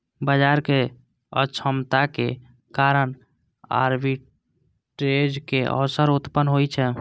बाजारक अक्षमताक कारण आर्बिट्रेजक अवसर उत्पन्न होइ छै